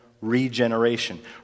regeneration